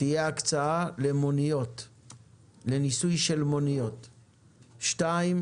תהיה הקצאה לניסוי של מוניות; שנית,